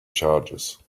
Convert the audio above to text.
charges